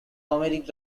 comedic